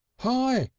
hi!